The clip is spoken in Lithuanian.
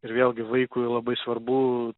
ir vėlgi vaikui labai svarbu